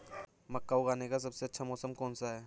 मक्का उगाने का सबसे अच्छा मौसम कौनसा है?